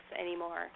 anymore